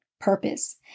purpose